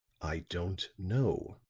i don't know,